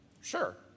sure